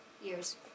years